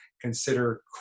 consider